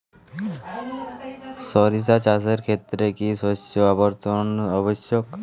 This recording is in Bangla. সরিষা চাষের ক্ষেত্রে কি শস্য আবর্তন আবশ্যক?